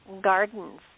gardens